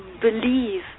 believe